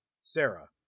Sarah